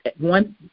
one